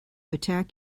attack